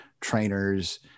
trainers